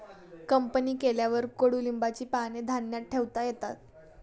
company केल्यावर कडुलिंबाची पाने धान्यात ठेवता येतात